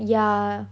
yeah